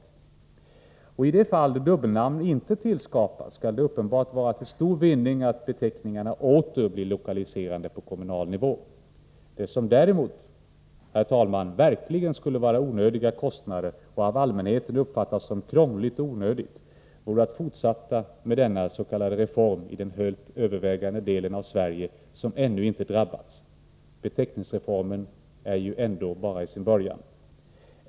Och i de fall då dubbelnamn inte skapats skulle det uppenbarligen vara till stor vinning att beteckningarna åter blir lokaliserade på kommunal nivå. Vad som däremot, herr talman, verkligen skulle innebära onödiga kostnader och av allmänheten uppfattas som krångligt och onödigt vore att fortsätta med denna s.k. reform i den helt övervägande del av Sverige som ännu inte drabbats. Beteckningsreformen är ju ändå bara i sin början.